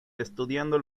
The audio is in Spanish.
estudiando